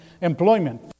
Employment